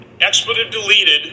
expletive-deleted